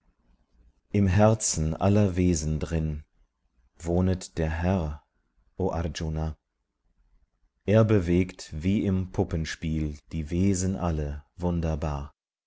im herzen aller wesen drin wohnet der herr o arjuna er bewegt wie im puppenspiel die wesen alle wunderbar